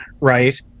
right